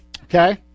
okay